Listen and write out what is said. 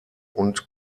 und